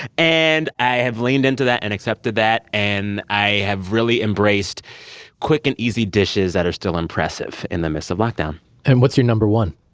and i have leaned into that and accepted that. and i have really embraced quick and easy dishes that are still impressive in the midst of lockdown and what's your number one?